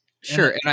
Sure